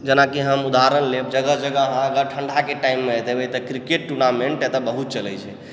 जेनाकि हम उदाहरण लेब जगह जगह अगर ठण्डाके टाइममे देखबै तऽ क्रिकेट टूर्नामेन्ट एतऽ बहुत चलै छै